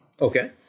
Okay